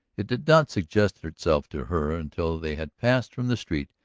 it did not suggest itself to her until they had passed from the street,